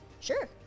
Sure